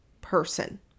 person